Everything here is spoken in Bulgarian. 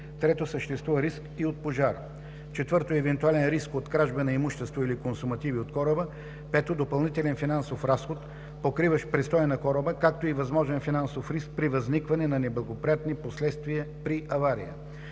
- Съществува риск и от пожар; - Евентуален риск от кражба на имущество или консумативи от кораба; - Допълнителен финансов разход, покриващ престоя на кораба, както и възможен финансов риск при възникване на неблагоприятни последствия при авария.